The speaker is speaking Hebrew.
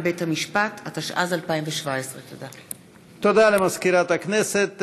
הודעה למזכירת הכנסת.